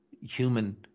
human